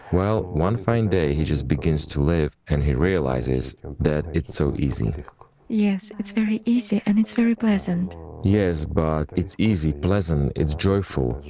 well, one fine day he just begins to live and he realizes that it's so easy. zh yes, it's very easy and it's very pleasant. im yes, but. it's easy, pleasant, it's joyful,